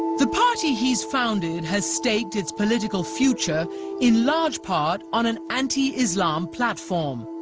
the party he's founded has staked its political future in large part on an anti islam platform